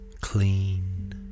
clean